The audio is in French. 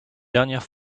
dernière